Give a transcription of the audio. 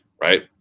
right